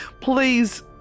please